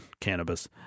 cannabis